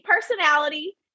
personality